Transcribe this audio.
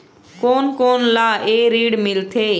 कोन कोन ला ये ऋण मिलथे?